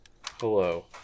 hello